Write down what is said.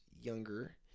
younger